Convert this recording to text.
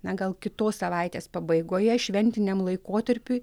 na gal kitos savaitės pabaigoje šventiniam laikotarpiui